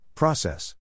Process